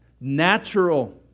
natural